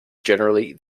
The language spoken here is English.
generally